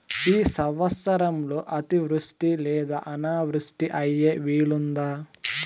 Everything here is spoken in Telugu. ఈ సంవత్సరంలో అతివృష్టి లేదా అనావృష్టి అయ్యే వీలుందా?